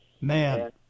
Man